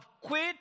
quit